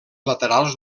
laterals